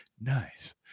nice